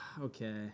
okay